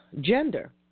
Gender